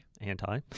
Anti